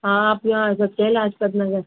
ہاں آپ یہاں آ سکتے ہیں لاجپت نگر